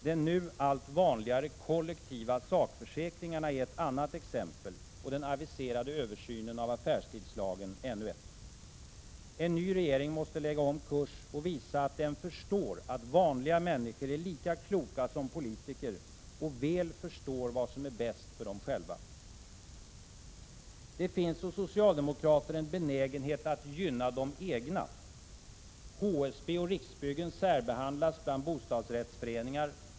De nu allt vanligare kollektiva sakförsäkringarna är ett annat exempel, och den aviserade översynen av affärstidslagen ännu ett. En ny regering måste lägga om kurs och visa att den förstår att vanliga människor är lika kloka som politiker och väl förstår vad som är bäst för dem själva. Det finns hos socialdemokrater en benägenhet att gynna de egna. HSB och Riksbyggen särbehandlas bland bostadsrättsföreningarna.